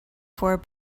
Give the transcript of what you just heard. four